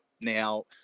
Now